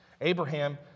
Abraham